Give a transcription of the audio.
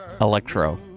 electro